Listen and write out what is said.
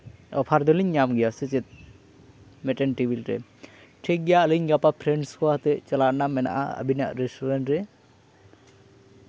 offer ᱫᱚᱞᱤᱧ ᱧᱟᱢ ᱜᱮᱭᱟ ᱥᱮ ᱪᱮᱫ ᱢᱤᱫᱴᱮᱱ ᱴᱮᱵᱤᱞ ᱨᱮ ᱴᱷᱤᱠ ᱜᱮᱭᱟ ᱟᱹᱞᱤᱧ ᱜᱟᱯᱟ ᱯᱷᱮᱨᱮᱱᱰᱥ ᱠᱚ ᱟᱛᱮᱫ ᱪᱟᱞᱟᱜ ᱨᱮᱱᱟᱜ ᱢᱮᱱᱟᱜᱼᱟ ᱟᱵᱮᱱᱟᱜ ᱨᱮᱥᱴᱩᱨᱮᱱᱴ ᱨᱮ